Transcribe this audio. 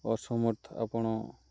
ଅସମର୍ଥ ଆପଣ